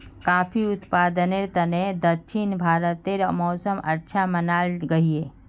काफिर उत्पादनेर तने दक्षिण भारतेर मौसम अच्छा मनाल गहिये